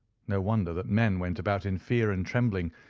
no wonder that men went about in fear and trembling,